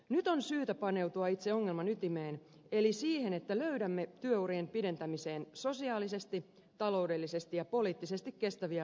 nyt on syytä paneutua itse ongelman ytimeen eli siihen että löydämme työurien pidentämiseen sosiaalisesti taloudellisesti ja poliittisesti kestäviä ratkaisuja